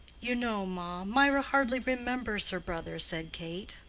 you know, ma, mirah hardly remembers her brother, said kate.